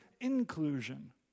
inclusion